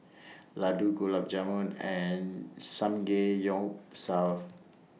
Ladoo Gulab Jamun and Samgeyopsal